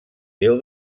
déu